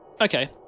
okay